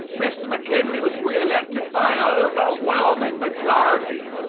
mr. mckinley was reelected by an overwhelming majority.